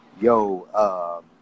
yo